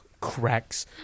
Cracks